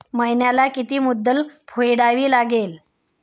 महिन्याला किती मुद्दल फेडावी लागेल?